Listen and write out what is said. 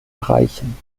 erreichen